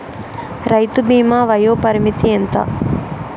రైతు బీమా వయోపరిమితి ఎంత?